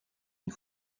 une